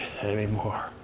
anymore